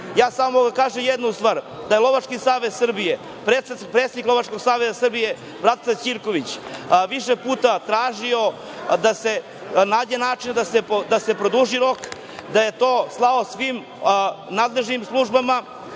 ja samo da kažem jednu stvar, da je Lovački savez Srbije, predsednik Lovačkog saveza Srbije Bratislav Ćirković više puta tražio da se nađe način da se produži rok, da je to slao svim nadležnim službama